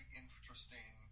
interesting